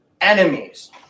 enemies